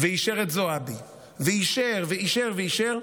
ואישר את זועבי ואישר ואישר ואישר,